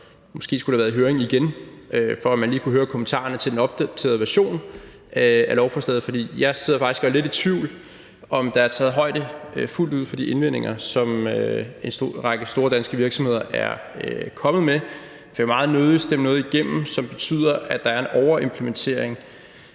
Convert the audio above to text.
Måske skulle der have været høring igen, for at man lige kunne høre kommentarerne til den opdaterede version af lovforslaget. For jeg sidder faktisk og er lidt i tvivl om, om der er taget højde, fuldt ud, for de indvendinger, som en række store danske virksomheder er kommet med. Jeg vil meget nødig stemme noget igennem, som betyder, at der er en overimplementering